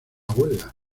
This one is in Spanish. huelga